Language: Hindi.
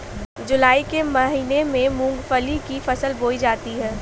जूलाई के महीने में मूंगफली की फसल बोई जाती है